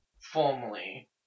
formally